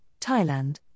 Thailand